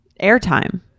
airtime